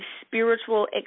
spiritual